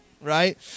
Right